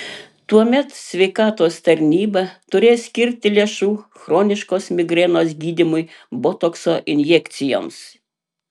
tuomet sveikatos tarnyba turės skirti lėšų chroniškos migrenos gydymui botokso injekcijomis